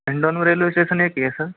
इंदौर में railway station एक ही है सर